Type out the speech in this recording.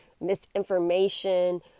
misinformation